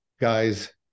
guys